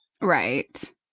Right